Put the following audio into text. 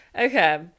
Okay